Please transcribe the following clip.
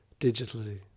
digitally